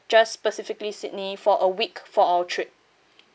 just specifically sydney for a week for our trip